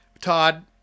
Todd